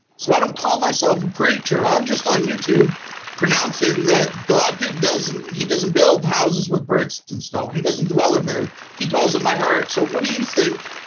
so i don't call myself a preacher. i'm just on youtube pronouncing that god did doesn't he doesn't build houses with bricks and stone. he doesn't dwell in there. he dwells in my heart so, what do you think?